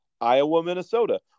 Iowa-Minnesota